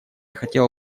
хотела